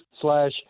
slash